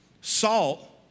Salt